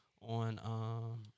on